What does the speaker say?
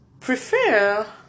prefer